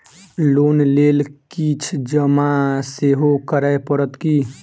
Loan लेल किछ जमा सेहो करै पड़त की?